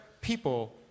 people